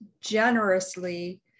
generously